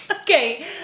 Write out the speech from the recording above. Okay